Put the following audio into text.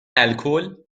الکل